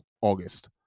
August